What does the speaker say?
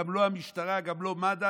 גם לא המשטרה וגם לא מד"א,